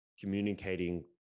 communicating